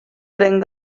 eren